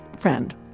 friend